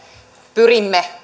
pyrimme